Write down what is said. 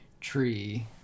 tree